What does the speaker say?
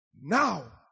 now